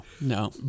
no